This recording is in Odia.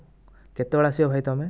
କେତେବେଳେ ଆସିବ ଭାଇ ତୁମେ